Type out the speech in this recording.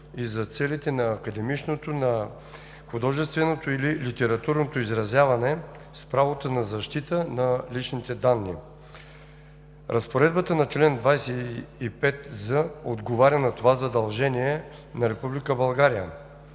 и за целите на академичното, на художественото или литературното изразяване с правото на защита на личните данни. Разпоредбата на чл. 25з отговаря на това задължение на